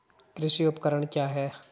कृषि उपकरण क्या है?